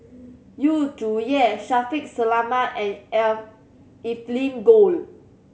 Yu Zhuye Shaffiq Selamat and Evelyn Goh